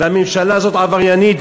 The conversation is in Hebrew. והממשלה הזאת עבריינית.